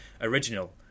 original